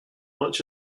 much